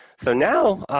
so now, um,